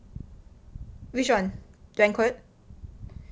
which [one] banquet